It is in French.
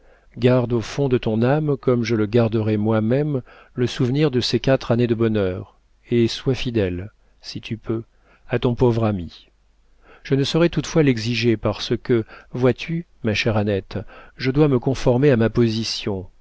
garde au fond de ton âme comme je le garderai moi-même le souvenir de ces quatre années de bonheur et sois fidèle si tu peux à ton pauvre ami je ne saurais toutefois l'exiger parce que vois-tu ma chère annette je dois me conformer à ma position